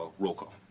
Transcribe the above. roll call.